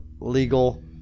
legal